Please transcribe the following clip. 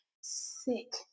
Sick